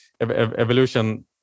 Evolution